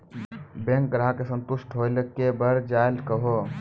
Bank ग्राहक के संतुष्ट होयिल के बढ़ जायल कहो?